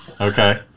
Okay